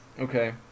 Okay